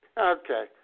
Okay